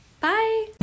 bye